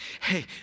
Hey